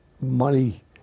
money